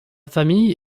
famille